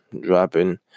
dropping